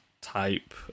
type